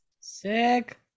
Sick